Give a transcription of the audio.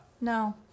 No